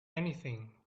anything